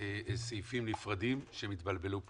סעיפים נפרדים שהם התבלבלו פה.